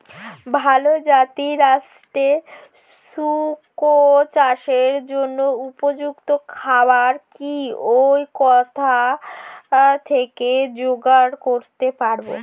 ভালো জাতিরাষ্ট্রের শুকর চাষের জন্য উপযুক্ত খাবার কি ও কোথা থেকে জোগাড় করতে পারব?